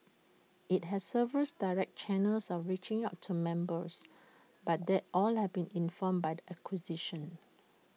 IT has several direct channels of reaching out to members and that all have been informed by the acquisition